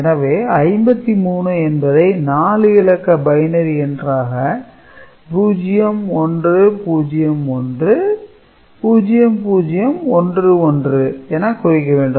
எனவே 53 என்பதை 4 இலக்க பைனரி எண்ணாக 01010011 என குறிக்க வேண்டும்